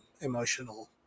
emotional